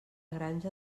granja